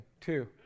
two